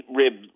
rib